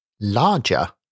larger